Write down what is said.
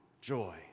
joy